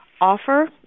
offer